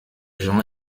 jean